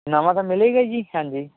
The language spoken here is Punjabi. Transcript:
ਨਵਾਂ ਤਾਂ ਮਿਲੇਗਾ ਈ ਜੀ ਹਾਂਜੀ